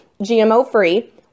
GMO-free